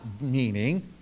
meaning